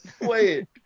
Wait